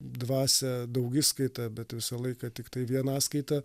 dvasią daugiskaita bet visą laiką tiktai vienaskaita